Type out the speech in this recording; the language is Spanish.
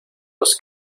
los